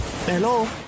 Hello